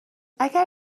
اگر